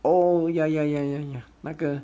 oh ya ya ya ya ya 那个